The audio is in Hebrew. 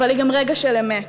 אבל היא גם רגע של אמת.